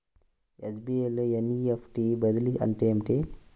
SBI లో NEFT బదిలీ అంటే ఏమిటి?